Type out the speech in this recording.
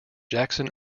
jackson